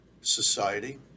society